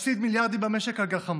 להפסיד מיליארדים במשק על גחמות,